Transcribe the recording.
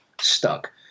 stuck